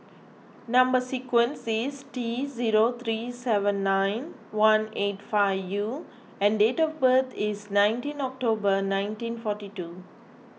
Number Sequence is T zero three seven nine one eight five U and date of birth is nineteen October nineteen forty two